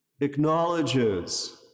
acknowledges